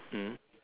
mm